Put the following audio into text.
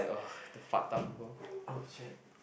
oh shit